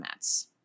formats